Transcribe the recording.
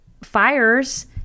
fires